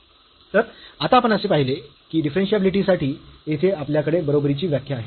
तर आता आपण असे पाहिले की डिफरन्शियाबिलिटी साठी येथे आपल्याकडे बरोबरीची व्याख्या आहे